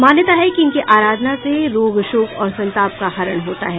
मान्यता है कि इनके आराधना से रोग शोक और संताप का हरण होता है